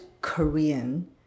Korean